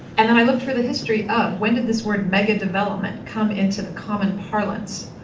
and and i looked for the history of when did this word megadevelopment come into the common parlance.